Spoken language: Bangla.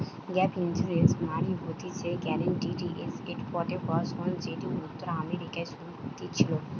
গ্যাপ ইন্সুরেন্স মানে হতিছে গ্যারান্টিড এসেট প্রটেকশন যেটি উত্তর আমেরিকায় শুরু হতেছিলো